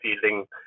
feeling